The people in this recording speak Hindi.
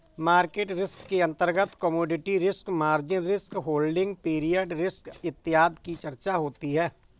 मार्केट रिस्क के अंतर्गत commodity risk, margin risk, holding period risk इत्यादि की चर्चा होती है